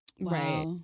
Right